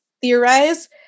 theorize